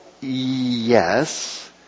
yes